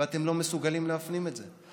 ואתם לא מסוגלים להפנים את זה.